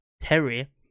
Terry